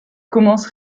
commence